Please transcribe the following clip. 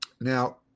Now